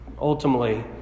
ultimately